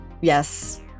Yes